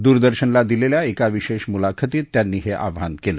दूरदर्शनला दिलेल्या एका विशेष मुलाखतीत त्यांनी हे आव्हान केलं